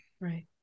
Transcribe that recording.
Right